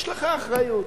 יש לך אחריות.